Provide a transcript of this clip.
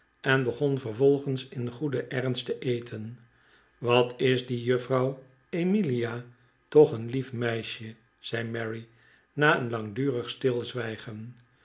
en begon vervolgens in goeden ernst te eteri wat is die juffrouw emilia toch een lief meisje zei mary na een langdurig stilzwijgen